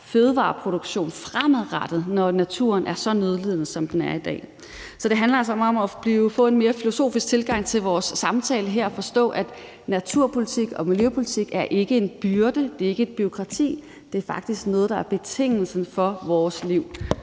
fødevareproduktionen fremadrettet, når naturen er så nødlidende, som den er i dag. Så det handler altså om at få en mere filosofisk tilgang til vores samtale her og forstå, at naturpolitik og miljøpolitik ikke er en byrde, og at det ikke er et bureaukrati, men at det faktisk er noget, der er betingelsen for vores liv.